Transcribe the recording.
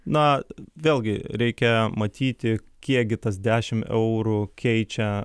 na vėlgi reikia matyti kiekgi tas dešimt eurų keičia